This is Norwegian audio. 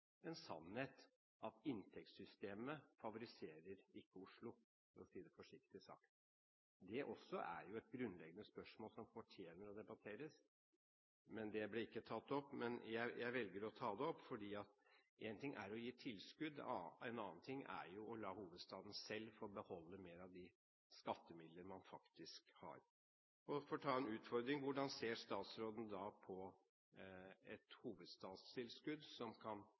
en sannhet at inntektssystemet ikke favoriserer Oslo, for å si det forsiktig. Det er et grunnleggende spørsmål som fortjener å debatteres. Det ble ikke tatt opp, men jeg velger å ta det opp, for én ting er å gi tilskudd, en annen ting er jo å la hovedstaden selv få beholde mer av de skattemidler man faktisk har. For å gi en utfordring: Hvordan ser statsråden på et hovedstadstilskudd som kan